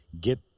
get